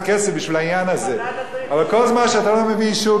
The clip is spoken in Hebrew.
אבל כל זמן שאתה לא מביא אישור כזה יש בעיה.